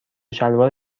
شلوار